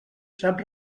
sap